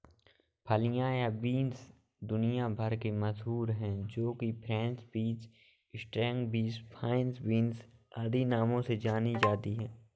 फलियां या बींस दुनिया भर में मशहूर है जो कि French beans, string beans, fine beans आदि नामों से जानी जाती है